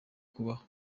kubaho